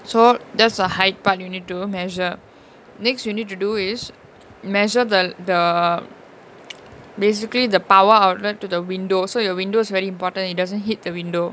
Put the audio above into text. so that's a height part that you need to measure next you need to do is measure the the basically the power outlet to the window so your windows very important it doesn't hit the window